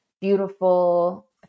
beautiful